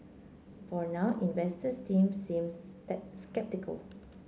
for now investors still seems sceptical